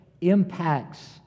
impacts